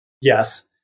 yes